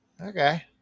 Okay